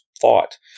thought